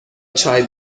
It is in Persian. چای